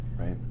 right